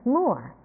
more